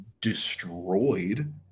destroyed